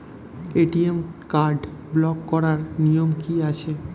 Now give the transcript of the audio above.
ATM card block করার নিয়ম কি আছে?